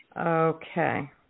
Okay